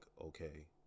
okay